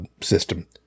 system